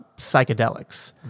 psychedelics